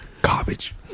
Garbage